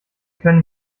können